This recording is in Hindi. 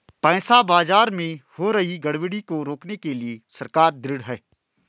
पैसा बाजार में हो रही गड़बड़ी को रोकने के लिए सरकार ढृढ़ है